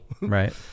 right